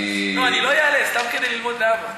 לא, אני לא אעלה, סתם כדי ללמוד להבא.